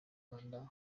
rwanda